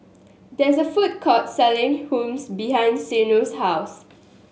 there is a food court selling Hummus behind Zeno's house